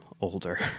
older